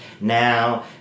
now